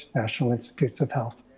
national institutes of health.